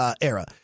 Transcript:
era